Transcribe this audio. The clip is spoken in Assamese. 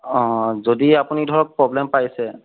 অঁ যদি আপুনি ধৰক প্ৰব্লেম পাইছে